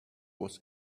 was